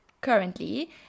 currently